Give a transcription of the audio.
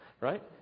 Right